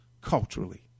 culturally